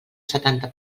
setanta